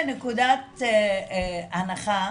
מנקודת הנחה,